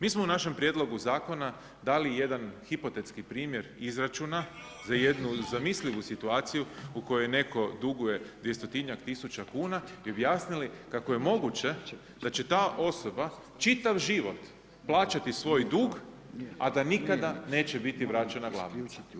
Mi smo u našem prijedlogu zakona dali jedan hipotetski primjer izračuna za jednu zamislivu situaciju u kojoj netko duguje dvjestotinjak tisuća kuna i objasnili kako je moguće da će ta osoba čitav život plaćati svoj dug, a da nikada neće biti vraćena glavnica.